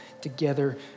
together